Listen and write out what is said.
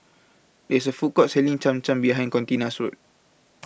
It's A Food Court Selling Cham Cham behind Contina's House